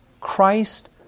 Christ